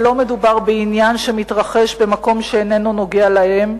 שלא מדובר בעניין שמתרחש במקום שאיננו נוגע להן,